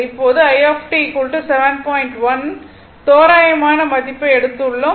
1 தோராயமான மதிப்பை எடுத்துள்ளோம்